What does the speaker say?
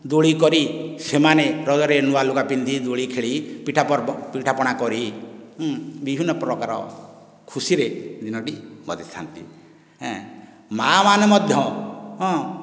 ଦୋଳି କରି ସେମାନେ ରଜରେ ନୂଆ ଲୁଗା ପିନ୍ଧି ଦୋଳି ଖେଳି ପିଠା ପର୍ବ ପିଠା ପଣା କରି ବିଭିନ୍ନ ପ୍ରକାର ଖୁସିରେ ଦିନଟି କଟେଇଥାଆନ୍ତି ଏଁ ମା' ମାନେ ମଧ୍ୟ